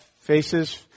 faces